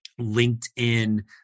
LinkedIn